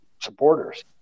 supporters